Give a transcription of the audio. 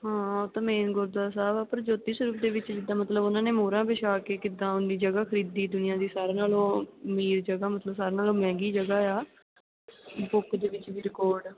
ਹਾਂ ਆਹ ਤਾਂ ਮੇਨ ਗੁਰਦੁਆਰਾ ਸਾਹਿਬ ਆ ਪਰ ਜੋਤੀ ਸਰੂਪ ਦੇ ਵਿੱਚ ਜਿੱਦਾਂ ਮਤਲਬ ਉਹਨਾਂ ਨੇ ਮੋਹਰਾਂ ਵਿਛਾ ਕੇ ਕਿੱਦਾਂ ਉਨੀ ਜਗ੍ਹਾ ਖਰੀਦੀ ਦੁਨੀਆਂ ਦੀ ਸਾਰਿਆਂ ਨਾਲੋਂ ਉਹ ਅਮੀਰ ਜਗ੍ਹਾ ਮਤਲਬ ਸਾਰਿਆਂ ਨਾਲੋਂ ਮਹਿੰਗੀ ਜਗ੍ਹਾ ਆ ਬੁੱਕ ਦੇ ਵਿੱਚ ਵੀ ਰਿਕੋਡ